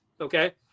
okay